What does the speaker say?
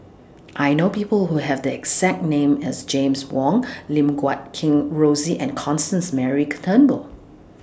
I know People Who Have The exact name as James Wong Lim Guat Kheng Rosie and Constance Mary Turnbull